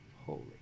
holy